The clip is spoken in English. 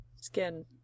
skin